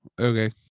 Okay